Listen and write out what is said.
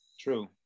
true